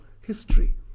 history